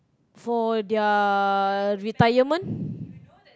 for their retirement